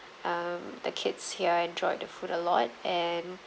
um the kids here enjoyed the food a lot and